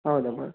ಹೌದಮ್ಮ